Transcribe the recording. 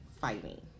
fighting